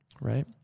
Right